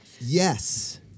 Yes